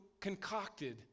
concocted